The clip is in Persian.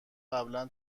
قبلا